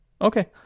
okay